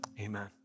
amen